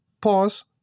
Pause